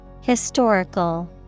Historical